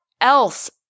else